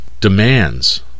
demands